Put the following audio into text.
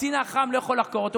קצין אח"ם לא יכול לחקור אותו,